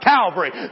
Calvary